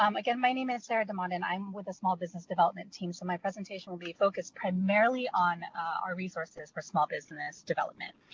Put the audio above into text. um like and my name is sarah domondon. i'm with the small business development team, so my presentation will be focused primarily on our resources for small business development.